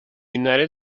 united